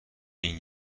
این